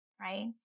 right